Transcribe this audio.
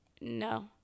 No